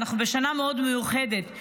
אנחנו בשנה מאוד מיוחדת.